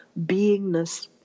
beingness